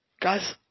Guys